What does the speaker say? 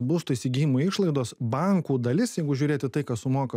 būsto įsigijimo išlaidos bankų dalis jeigu žiūrėti tai ką sumoka